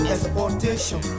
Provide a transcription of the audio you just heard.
Exportation